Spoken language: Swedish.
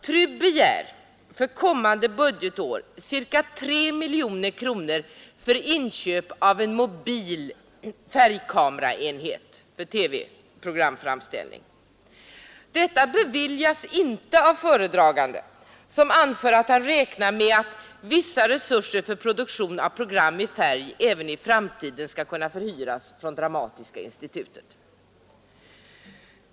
TRU begär för kommande budgetår ca 3 miljoner kronor för inköp av en mobil färgkameraenhet för TV-programframställning. Detta beviljas inte av föredragande statsrådet, som anför att han ”räknat med att vissa resurser för produktion av program i färg även i framtiden skall kunna förhyras från Dramatiska institutet”.